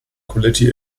quality